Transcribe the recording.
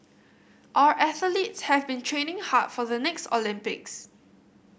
our athletes have been training hard for the next Olympics